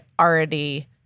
already